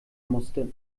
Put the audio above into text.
musste